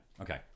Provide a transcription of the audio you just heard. Okay